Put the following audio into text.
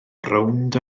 rownd